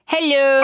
Hello